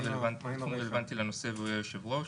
בתחום רלוונטי לנושא והוא יהיה היושב ראש,